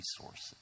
resources